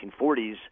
1940s